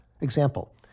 Example